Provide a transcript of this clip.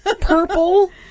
purple